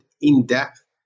in-depth